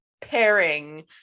pairing